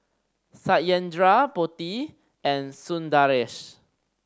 Satyendra Potti and Sundaresh